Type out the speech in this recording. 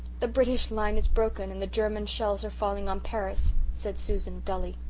the british line is broken and the german shells are falling on paris, said susan dully.